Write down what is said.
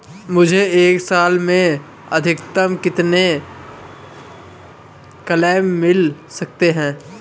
मुझे एक साल में अधिकतम कितने क्लेम मिल सकते हैं?